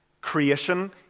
creation